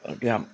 এতিয়া